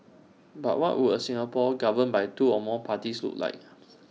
but what would A Singapore governed by two or more parties look like